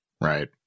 Right